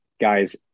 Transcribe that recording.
guys